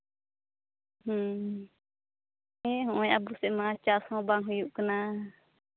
ᱦᱩᱸ ᱦᱮᱸ ᱦᱚᱸᱜᱼᱚᱭ ᱟᱵᱚ ᱥᱮᱫ ᱢᱟ ᱪᱟᱥ ᱦᱚᱸ ᱵᱟᱝ ᱦᱩᱭᱩᱜ ᱠᱟᱱᱟ